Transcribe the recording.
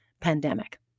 pandemic